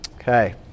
Okay